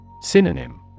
Synonym